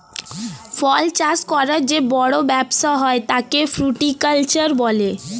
ফল চাষ করার যে বড় ব্যবসা হয় তাকে ফ্রুটিকালচার বলে